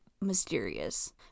mysterious